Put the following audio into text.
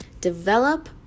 Develop